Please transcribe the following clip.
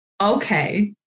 okay